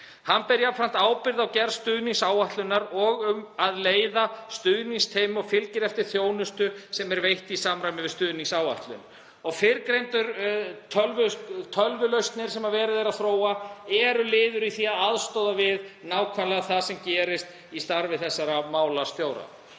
Hann ber jafnframt ábyrgð á gerð stuðningsáætlunar og að leiða stuðningsteymi og fylgir eftir þjónustu sem er veitt í samræmi við stuðningsáætlun. Tölvulausnir sem verið er að þróa eru liður í því að aðstoða við nákvæmlega það sem gerist í starfi þessara málstjóra.